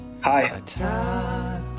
Hi